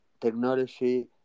technology